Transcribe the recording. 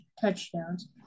touchdowns